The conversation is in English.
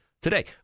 today